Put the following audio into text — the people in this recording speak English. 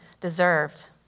deserved